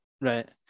Right